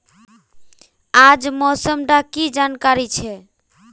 आज मौसम डा की जानकारी छै?